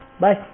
Bye